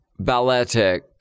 balletic